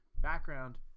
Background